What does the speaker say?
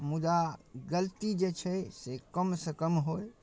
मुदा गलती जे छै से कमसँ कम होइ